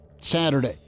Saturday